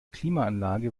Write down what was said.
klimaanlage